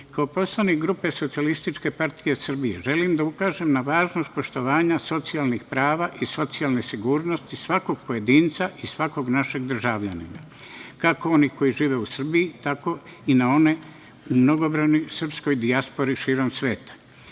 poslanik SPS želim da ukažem na važnost poštovanja socijalnih prava i socijalne sigurnosti svakog pojedinca i svakog našeg državljanina, kako onih koji žive u Srbiji, tako i na one mnogobrojne u srpskoj dijaspori širom